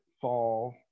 fall